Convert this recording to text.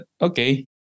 okay